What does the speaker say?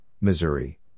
Missouri